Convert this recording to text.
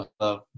Love